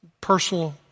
personal